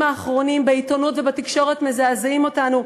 האחרונים בעיתונות ובתקשורת מזעזעות אותנו.